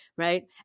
right